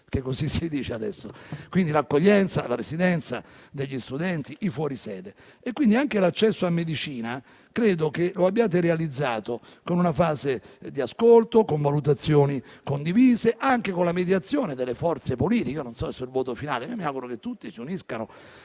però chiamiamoli così): quindi l'accoglienza, la residenza degli studenti, i fuorisede. Quindi, anche l'accesso a medicina credo che lo abbiate realizzato con una fase di ascolto, con valutazioni condivise e anche con la mediazione delle forze politiche. Non so sul voto finale, ma mi auguro che tutti si uniscano